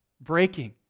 breaking